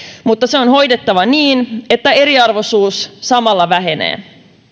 mutta se on hoidettava niin että eriarvoisuus samalla vähenee